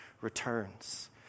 returns